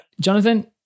Jonathan